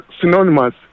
synonymous